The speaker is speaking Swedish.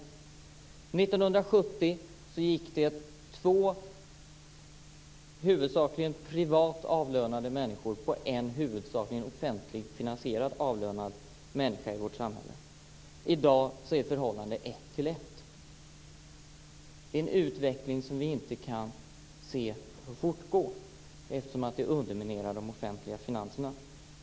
1970 gick det två huvudsakligen privat avlönade människor på en huvudsakligen offentligt avlönad människa i vårt samhälle. I dag är förhållandet 1:1. Det är en utveckling som vi inte kan se fortgå, eftersom det underminerar de offentliga finanserna.